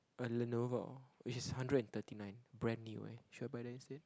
a Lenovo which is hundred and thirty nine brand new eh should I buy then say